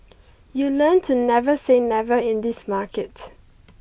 you learn to never say never in this market